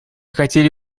хотели